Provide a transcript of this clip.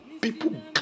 people